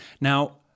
Now